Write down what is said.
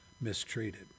mistreated